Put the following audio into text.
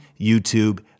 YouTube